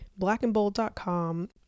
blackandbold.com